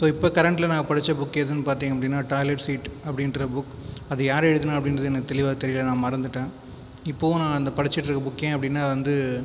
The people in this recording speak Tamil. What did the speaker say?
ஸோ இப்போது கரண்ட்டில் நான் படித்த புக் எதுன்னு பார்த்தீங்க அப்படின்னா டாய்லெட் சீட் அப்படின்ற புக் அது யார் எழுதுனால் அப்படின்றது எனக்கு தெளிவாக தெரியலை நான் மறந்துவிட்டேன் இப்பவும் நான் படிச்சுட்டுருக்கேன் அப்படின்னா அது வந்து